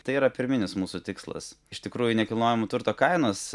tai yra pirminis mūsų tikslas iš tikrųjų nekilnojamo turto kainos